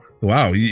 Wow